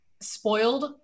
spoiled